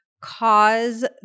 cause